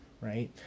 right